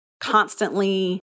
constantly